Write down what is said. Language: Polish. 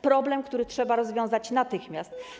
Problem, który trzeba rozwiązać natychmiast.